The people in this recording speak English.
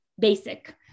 basic